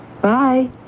Bye